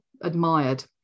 admired